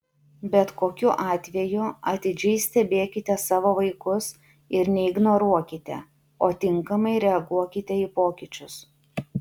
bet kokiu atveju atidžiai stebėkite savo vaikus ir neignoruokite o tinkamai reaguokite į pokyčius